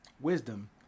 wisdom